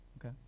Okay